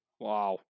Wow